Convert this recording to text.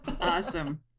Awesome